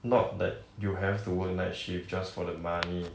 not that you have to work night shift just for the money